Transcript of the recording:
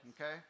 Okay